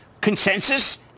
consensus